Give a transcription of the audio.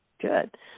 Good